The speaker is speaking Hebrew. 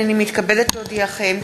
הנני מתכבדת להודיעכם,